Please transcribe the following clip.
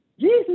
Jesus